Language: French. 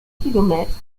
kilomètre